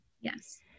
Yes